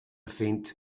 faint